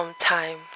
time